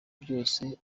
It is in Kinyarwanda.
byose